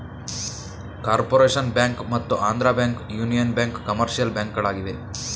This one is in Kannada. ಕಾರ್ಪೊರೇಷನ್ ಬ್ಯಾಂಕ್ ಮತ್ತು Andhra bank, union bank commercial ಬ್ಯಾಂಕ್ಗಳಾಗಿವೆ